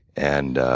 and